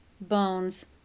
bones